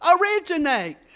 originate